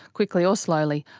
quickly or slowly,